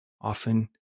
often